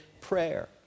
prayer